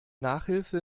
nachhilfe